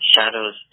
shadows